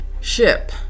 ship